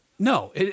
No